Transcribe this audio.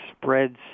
spreads